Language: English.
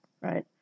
right